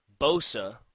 Bosa